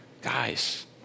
Guys